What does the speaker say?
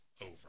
over